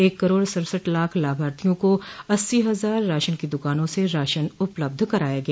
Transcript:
एक करोड़ सढसठ लाख लाभार्थियों को अस्सी हजार राशन की दुकानों से राशन उपलब्ध कराया गया